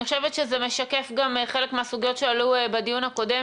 אני חושבת שזה משקף גם חלק מהסוגיות שהועלו בדיון הקודם,